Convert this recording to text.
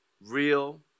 real